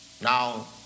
Now